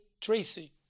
Tracy